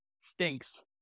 stinks